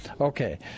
okay